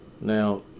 Now